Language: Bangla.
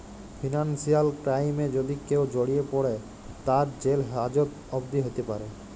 ফিনান্সিয়াল ক্রাইমে যদি কেউ জড়িয়ে পরে, তার জেল হাজত অবদি হ্যতে প্যরে